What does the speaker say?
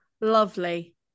Lovely